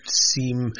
seem